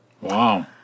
Wow